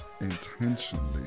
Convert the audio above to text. intentionally